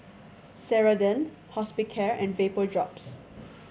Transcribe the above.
Ceradan Hospicare and Vapodrops